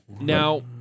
Now